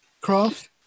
craft